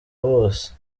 bose